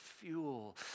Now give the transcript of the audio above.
fuel